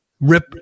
rip